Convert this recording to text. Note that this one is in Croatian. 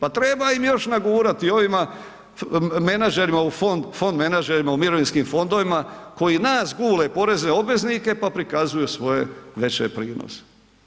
Pa treba im još nagurati ovima menadžerima u fond, fond menadžerima u mirovinskim fondovima koji nas gule porezne obveznike pa prikazuju svoje veće prinose.